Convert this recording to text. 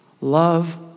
love